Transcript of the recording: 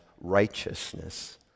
righteousness